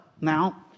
Now